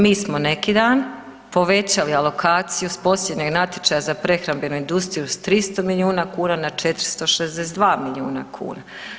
Mi smo neki dan povećali alokaciju s posljednjeg natječaja za prehrambenu industriju s 300 milijuna kuna na 462 milijuna kuna.